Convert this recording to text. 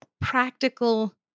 practical